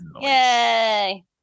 Yay